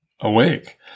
awake